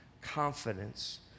confidence